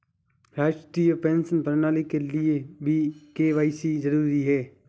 राष्ट्रीय पेंशन प्रणाली के लिए भी के.वाई.सी जरूरी है